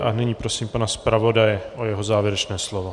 A nyní prosím pana zpravodaje o jeho závěrečné slovo.